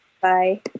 Bye